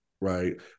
right